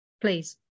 Please